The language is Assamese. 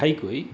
ঘাইকৈ